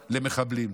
למחבלים.